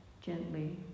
gently